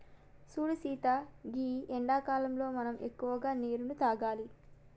సూడు సీత గీ ఎండాకాలంలో మనం ఎక్కువగా నీరును తాగాలి